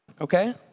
Okay